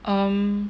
um